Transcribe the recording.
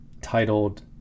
titled